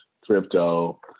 crypto